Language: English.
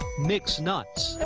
mixed nuts.